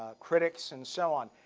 ah critics and so on.